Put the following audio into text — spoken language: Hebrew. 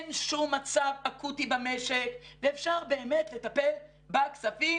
אין שום מצב אקוטי במשק ואפשר באמת לטפל בכספים